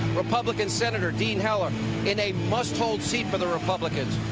republican senator dean heller in a must hold seat for the republicans.